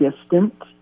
distant